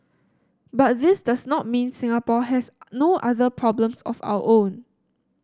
but this does not mean Singapore has no other problems of our own